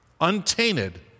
Untainted